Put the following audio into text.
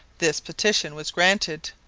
this petition was granted.